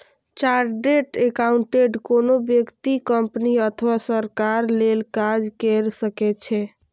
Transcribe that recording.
chartered accountant कोनो व्यक्ति, company अथवा सरकार लेल काज कैर सकै छै